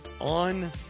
On